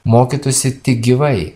mokytųsi tik gyvai